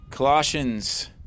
Colossians